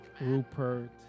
Rupert